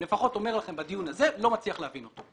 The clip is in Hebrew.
לפחות אומר לכם בדיון הזה, לא מצליח להבין אותו.